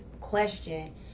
question